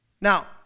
Now